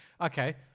okay